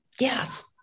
yes